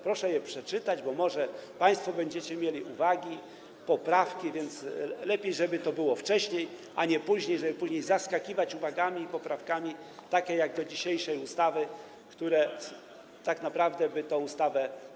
Proszę je przeczytać, bo może państwo będziecie mieli uwagi, poprawki, a lepiej, żeby to było wcześniej, a nie później, żeby potem nie zaskakiwać uwagami i poprawkami, jak w przypadku dzisiejszej ustawy, które tak naprawdę demolowałyby tę ustawę.